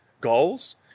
goals